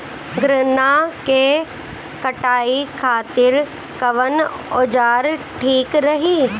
गन्ना के कटाई खातिर कवन औजार ठीक रही?